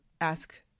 ask